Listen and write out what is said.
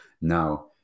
Now